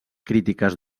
crítiques